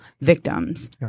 victims